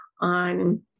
on